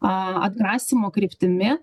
aaa atgrasymo kryptimi